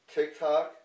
TikTok